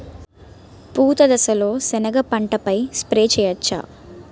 పూత దశలో సెనగ పంటపై స్ప్రే చేయచ్చా?